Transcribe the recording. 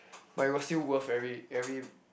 but it was still worth every every